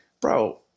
bro